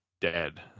dead